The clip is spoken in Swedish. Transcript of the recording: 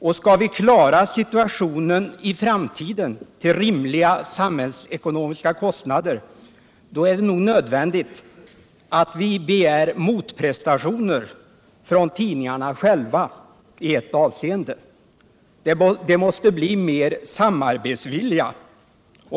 Om vi skall klara av situationen till rimliga samhällsekonomiska kostnader, då är det nog nödvändigt att vi begär motprestationer av tidningarna själva i ett avseende, nämligen att de måste bli mer samarbetsvilliga.